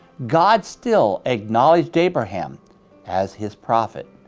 god still acknowledged abraham as his prophet.